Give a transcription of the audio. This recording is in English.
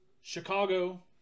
Chicago